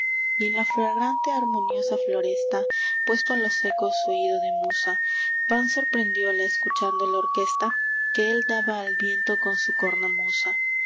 y en la fragante harmoniosa floresta puesto a los ecos su oído de musa pan sorprendióla escuchando la orquesta que él daba al viento con su cornamusa